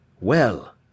Well